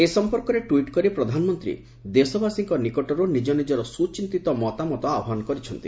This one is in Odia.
ଏ ସମ୍ପର୍କରେ ଟ୍ୱିଟ୍ କରି ପ୍ରଧାନମନ୍ତ୍ରୀ ଦେଶବାସୀଙ୍କ ନିକଟରୁ ନିଜନିଜର ସୁଚିନ୍ତିତ ମତାମତ ଆହ୍ୱାନ କରିଛନ୍ତି